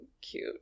cute